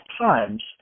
times